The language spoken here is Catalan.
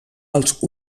els